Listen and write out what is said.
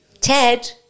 Ted